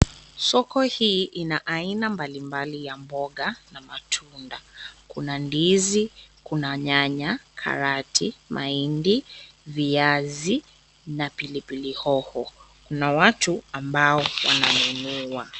Soko hii ina aina mbalimbali ya mboga na matunda. Kuna ndizi, kuna nyanya, karoti, mahindi, viazi na pilipili hoho. Kuna watu ambao wananunua.